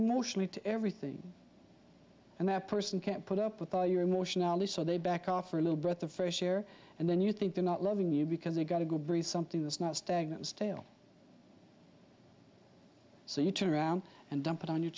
emotionally to everything and they're a person can't put up with all your emotional lives so they back off for a little breath of fresh air and then you think they're not loving you because they got to go bring something that's not stagnant stale so you turn around and dump it on your